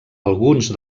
alguns